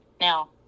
Now